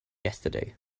yesterday